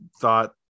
thought